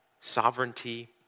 sovereignty